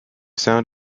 sound